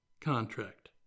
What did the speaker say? contract